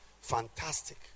fantastic